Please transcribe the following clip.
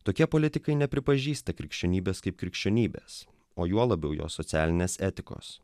tokie politikai nepripažįsta krikščionybės kaip krikščionybės o juo labiau jo socialinės etikos